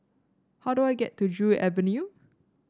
how do I get to Joo Avenue